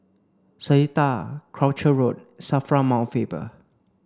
Seletar Croucher Road SAFRA Mount Faber